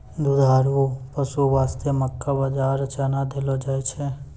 दुधारू पशु वास्तॅ मक्का, बाजरा, चना देलो जाय छै